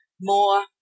more